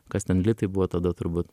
kas ten litai buvo tada turbūt